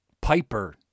Piper